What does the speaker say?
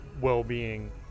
well-being